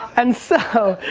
and so,